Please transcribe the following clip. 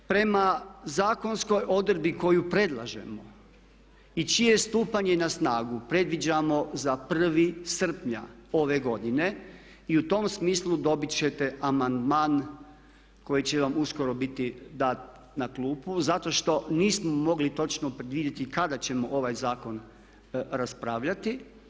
Prema zakonskoj odredbi koju predlažemo i čije stupanje na snagu predviđamo za prvi srpnja ove godine i u tom smislu dobit ćete amandman koji će vam uskoro biti dat na klupu zato što nismo mogli točno predvidjeti kada ćemo ovaj zakon raspravljati.